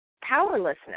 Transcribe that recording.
powerlessness